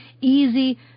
easy